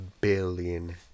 billion